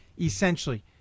essentially